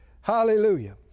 Hallelujah